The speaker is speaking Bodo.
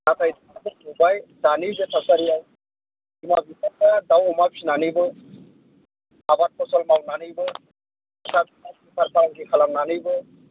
नाथाय जों नुबाय दानि बे थासारियाव बिमा बिफाफ्रा दाउ अमा फिसिनानैबो आबाद फसल मावनानैबो फिसा खालामनानैबो